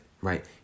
right